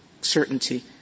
certainty